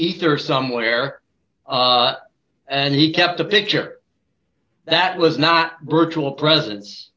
ether somewhere and he kept a picture that was not virtual presence